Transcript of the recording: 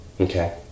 Okay